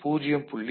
2 0